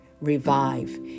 revive